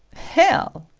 hell!